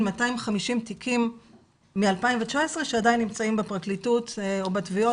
250 תיקים מ-2019 שעדיין נמצאים בפרקליטות או בתביעות